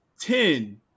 ten